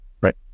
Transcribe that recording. Right